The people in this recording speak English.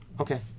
Okay